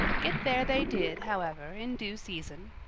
get there they did, however, in due season.